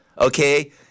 okay